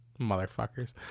Motherfuckers